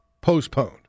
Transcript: postponed